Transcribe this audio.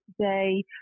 today